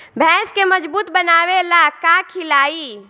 भैंस के मजबूत बनावे ला का खिलाई?